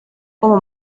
como